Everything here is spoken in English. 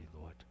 Lord